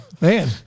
Man